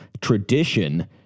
tradition